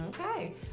Okay